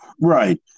Right